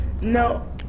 No